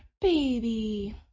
Baby